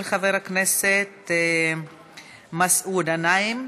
של חבר הכנסת מסעוד גנאים.